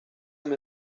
amb